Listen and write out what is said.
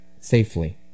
safely